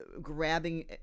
Grabbing